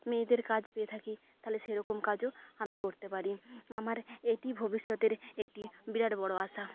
মেয়েদের কাজ পেয়ে থাকি তাহলে সেরকম কাজও আমি করতে পারি আমার এটি ভবিষ্যতের একটি বিরাট বড়ো আশা